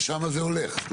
לשם זה הולך.